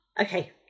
Okay